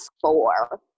four